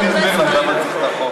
אני קורא אותך לסדר בפעם הראשונה.